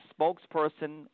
spokesperson